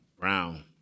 Brown